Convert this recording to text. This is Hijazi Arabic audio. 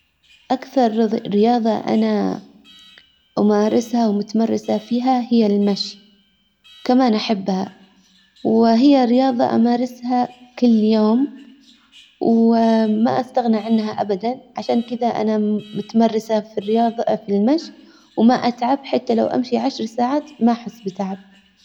اكثر رياضة انا امارسها ومتمرسة فيها هي المشي وكمان احبها وهي رياضة امارسها كل يوم وما استغنى عنها ابدا عشان كدا انا متمرسة في الرياضة في المشى وما اتعب حتى لو امشي عشر ساعات ما احس بتعب.